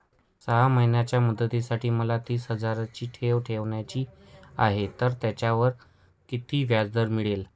सहा महिन्यांच्या मुदतीसाठी मला तीस हजाराची ठेव ठेवायची आहे, तर त्यावर किती व्याजदर मिळेल?